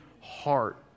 heart